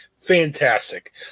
Fantastic